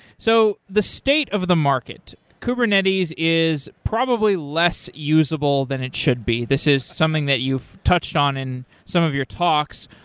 so the state of the market, kubernetes is probably less usable than it should be. this is something that you've touched on in some of your talks.